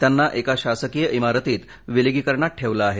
त्यांना एका शासकीय इमारतीत विलगीकरणात ठेवलं आहे